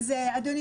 אדוני,